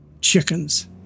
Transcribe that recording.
chickens